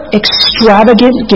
extravagant